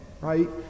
right